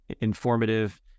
informative